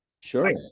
sure